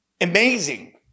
amazing